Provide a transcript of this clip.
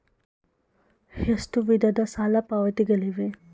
ಎಷ್ಟು ವಿಧದ ಸಾಲ ಪಾವತಿಗಳಿವೆ?